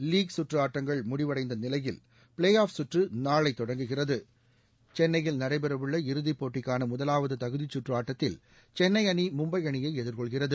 league கற்று ஆட்டங்கள் முடிவடைந்த நிலையில் ப்ளே ஆப் கற்று நாளை தொடங்குகிறது சென்னையில் நடைபெறவுள்ள இறுதிப் போட்டிக்கான முதலாவது தகுதிச் சுற்று ஆட்டத்தில் சென்னை அணி மும்பை அணியை எதிர்கொள்கிறது